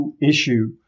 issue